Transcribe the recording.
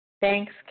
Thanks